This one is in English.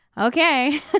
Okay